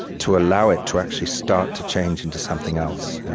to allow it to actually start to change into something else.